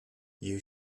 you